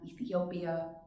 Ethiopia